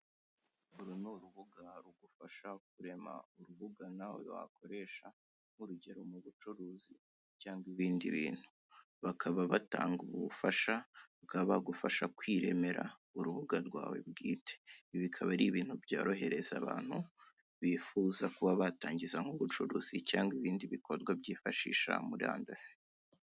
Uru ni urubuga rugufasha kurema urubuga nawe wakoresha, nk'urugero, mu bucuruzi cyangwa ibindi bintu, bakaba batanga ubufasha, babakaba bagufasha kwiremera urubuga rwawe bwite, ibi bibaka ari ibintu byorohereza abantu bifuza kuba batangiza nk'ubucuruzi cyangwa ibindi bikorwa byifashisha murandasi.